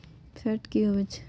Fat की होवछै?